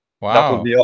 Wow